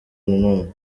nanone